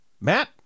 Matt